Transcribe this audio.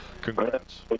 congrats